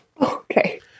okay